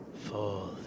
fall